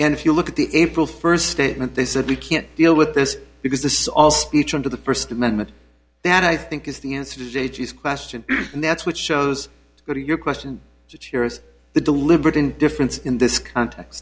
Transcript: and if you look at the april first statement they said we can't deal with this because this all speech under the first amendment that i think is the answer is a g s question and that's what shows go to your question to tears the deliberate indifference in this context